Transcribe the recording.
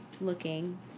looking